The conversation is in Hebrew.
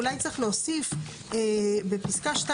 אולי צריך להוסיף בפסקה (2),